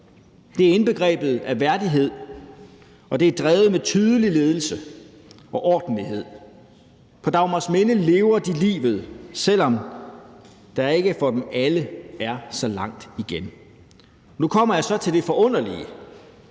Det er indbegrebet af værdighed, og det er drevet med tydelig ledelse og ordentlighed. På Dagmarsminde lever de livet, selv om der ikke for dem alle er så langt igen. Nu kommer jeg så til det forunderlige: